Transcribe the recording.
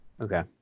Okay